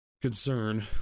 Concern